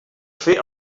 fer